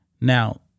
Now